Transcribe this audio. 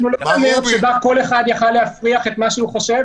אנחנו לא --- שבה כל אחד יכול להפריח את מה שהוא חושב,